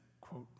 quote